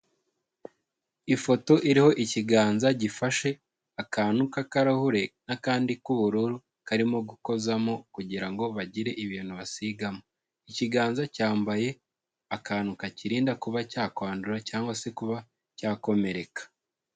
Ifoto iriho ikiganza gifashe akantu k'akarahure n'akandi k'ubururu karimo gukozamo kugira ngo bagire ibintu basigamo, ikiganza cyambaye akantu kakirinda kuba cyakwandura cyangwa se kuba cyakomereka.